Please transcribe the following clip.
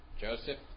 Joseph